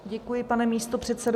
Děkuji, pane místopředsedo.